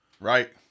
right